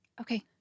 Okay